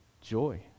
Joy